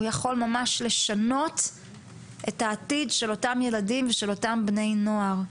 הוא ממש יכול לשנות את עתידם של אותם ילדים ובני נוער.